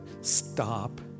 stop